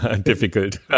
Difficult